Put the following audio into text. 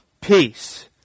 peace